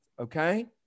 okay